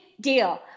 deal